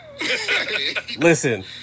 Listen